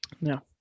No